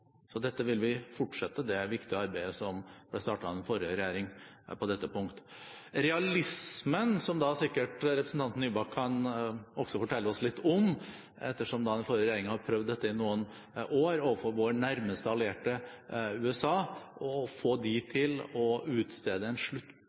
Dette viktige arbeidet, som ble startet av den forrige regjeringen på dette punkt, vil vi fortsette. Realismen kan sikkert representanten Nybakk også fortelle oss litt om, ettersom den forrige regjeringen har prøvd dette i noen år overfor vår nærmeste allierte, USA. Muligheten til å få